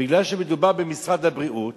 בגלל שמדובר במשרד הבריאות